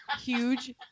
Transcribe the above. Huge